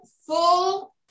full